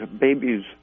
babies